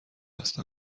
است